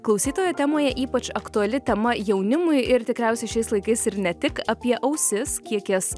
klausytojo temoje ypač aktuali tema jaunimui ir tikriausiai šiais laikais ir ne tik apie ausis kiek jas